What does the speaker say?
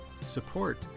Support